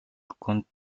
compte